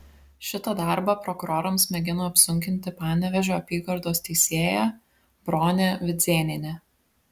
šitą darbą prokurorams mėgino apsunkinti panevėžio apygardos teisėja bronė vidzėnienė